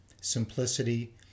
simplicity